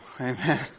Amen